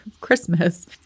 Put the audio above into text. Christmas